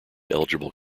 eligible